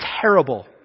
terrible